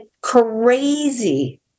crazy